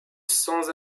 sans